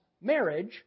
marriage